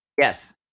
yes